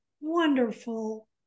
wonderful